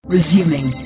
Resuming